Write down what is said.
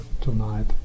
tonight